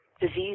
disease